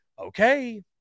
Okay